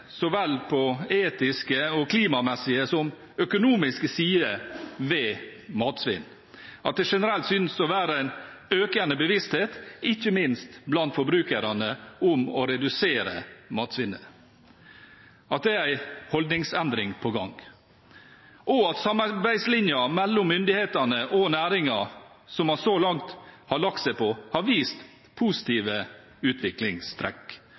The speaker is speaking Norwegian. så vel etiske og klimamessige som økonomiske sider ved matsvinn, at det generelt synes å være en økende bevissthet ikke minst blant forbrukerne om å redusere matsvinnet, at det er en holdningsendring på gang, og at samarbeidslinjen som myndighetene og næringen så langt har lagt seg på, har vist positive utviklingstrekk.